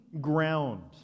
ground